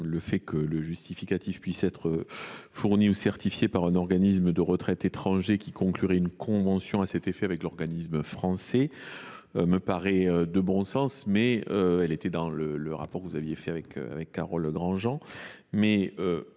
apporter – le justificatif pourrait être fourni ou certifié par un organisme de retraite étranger ayant conclu une convention à cet effet avec l’organisme français – me paraît de bon sens. Elle était inscrite dans le rapport que vous aviez réalisé avec Carole Grandjean.